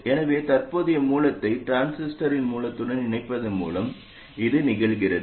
எனவே தற்போதைய மூலத்தை டிரான்சிஸ்டரின் மூலத்துடன் இணைப்பதன் மூலம் இது நிகழ்கிறது